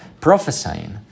prophesying